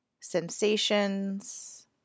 sensations